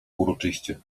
uroczyście